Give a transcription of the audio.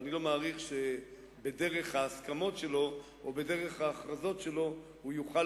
ואני לא מעריך שבדרך ההסכמות שלו או בדרך ההכרזות שלו הוא יוכל